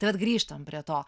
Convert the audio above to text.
tai vat grįžtam prie to